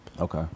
Okay